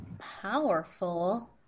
powerful